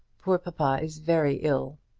poor papa is very ill.